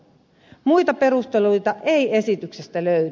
muita perusteluita ei esityksestä löydy